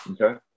okay